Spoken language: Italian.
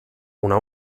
una